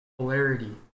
Polarity